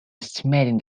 estimating